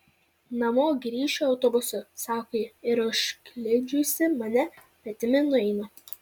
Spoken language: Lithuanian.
namo grįšiu autobusu sako ji ir užkliudžiusi mane petimi nueina